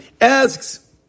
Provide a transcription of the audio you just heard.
Asks